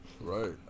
Right